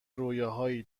رویاهایی